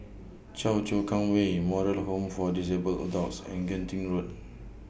Choa Chu Kang Way Moral Home For Disabled Adults and Genting Road